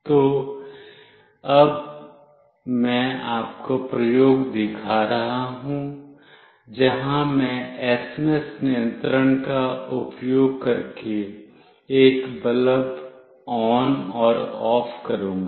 तो अब मैं आपको प्रयोग दिखा रहा हूँ जहाँ मैं एसएमएस नियंत्रण का उपयोग करके एक बल्ब ON और OFF करूँगा